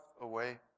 away